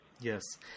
Yes